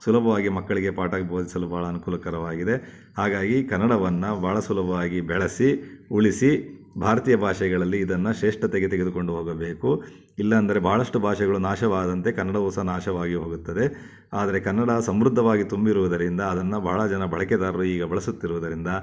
ಸುಲಭವಾಗಿ ಮಕ್ಕಳಿಗೆ ಪಾಠ ಬೋಧಿಸಲು ಭಾಳ ಅನುಕೂಲಕರವಾಗಿದೆ ಹಾಗಾಗಿ ಕನ್ನಡವನ್ನು ಭಾಳ ಸುಲಭವಾಗಿ ಬೆಳೆಸಿ ಉಳಿಸಿ ಭಾರತೀಯ ಭಾಷೆಗಳಲ್ಲಿ ಇದನ್ನು ಶ್ರೇಷ್ಠತೆಗೆ ತೆಗೆದುಕೊಂಡು ಹೋಗಬೇಕು ಇಲ್ಲ ಅಂದರೆ ಭಾಳಷ್ಟು ಭಾಷೆಗಳು ನಾಶವಾದಂತೆ ಕನ್ನಡವೂ ಸಹ ನಾಶವಾಗಿ ಹೋಗುತ್ತದೆ ಆದರೆ ಕನ್ನಡ ಸಮೃದ್ಧವಾಗಿ ತುಂಬಿರುವುದರಿಂದ ಅದನ್ನು ಬಹಳ ಜನ ಬಳಕೆದಾರರು ಈಗ ಬಳಸುತ್ತಿರುವುದರಿಂದ